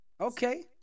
Okay